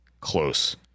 close